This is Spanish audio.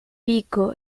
pico